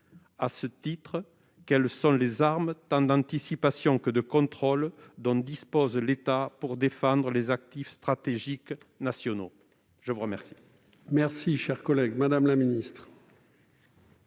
À ce titre, quelles sont les armes, tant d'anticipation que de contrôle, dont dispose l'État pour défendre les actifs stratégiques nationaux ? La parole